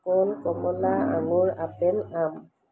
কল কমলা আঙুৰ আপেল আম